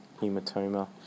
hematoma